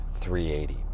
380